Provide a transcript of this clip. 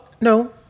no